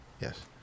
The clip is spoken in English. Yes